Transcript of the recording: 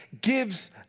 gives